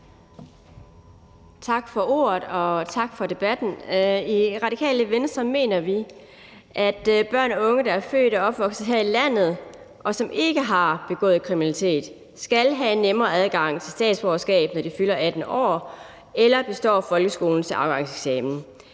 Tak for ordet, og tak for debatten. I Radikale Venstre mener vi, at børn og unge, der er født og opvokset her i landet, og som ikke har begået kriminalitet, skal have nemmere adgang til dansk statsborgerskab, når de fylder 18 år eller består folkeskolens afgangseksamen.